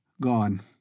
Gone